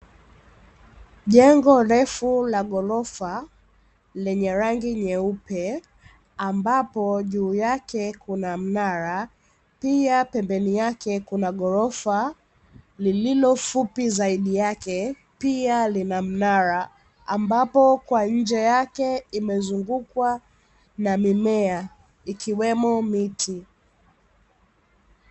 Jengo refu la gorofa lenye rangi nyeupe ambapo juu yake, kuna mnara pia pembeni yake kuna gorofa lililofupi zaidi yake pia lina mnara ambapo kwa nje yake imezungukwa na mimea ikiwemo miti.